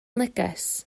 neges